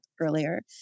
earlier